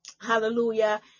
hallelujah